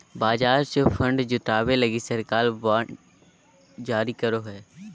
बाजार से फण्ड जुटावे लगी सरकार बांड जारी करो हय